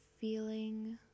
feeling